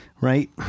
Right